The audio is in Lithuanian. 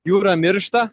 jūra miršta